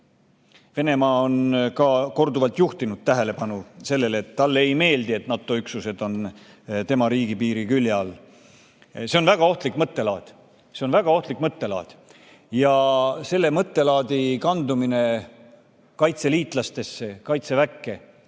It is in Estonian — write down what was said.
Venemaa on ka korduvalt juhtinud tähelepanu sellele, et talle ei meeldi, et NATO üksused on tema riigipiiri külje all. See on väga ohtlik mõttelaad. See on väga ohtlik mõttelaad ja selle mõttelaadi kandumine kaitseliitlastesse, Kaitseväkke